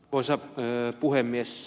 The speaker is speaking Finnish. arvoisa puhemies